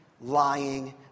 lying